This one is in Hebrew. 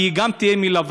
כי היא גם תהיה מלווה,